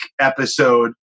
episode